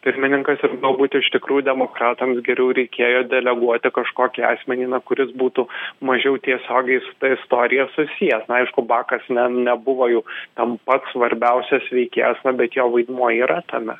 pirmininkas ir galbūt iš tikrųjų demokratams geriau reikėjo deleguoti kažkokį asmenį na kuris būtų mažiau tiesiogiai su ta istorija susijęs na aišku bakas ne nebuvo jau ten pats svarbiausias veikėjas na bet jo vaidmuo yra tame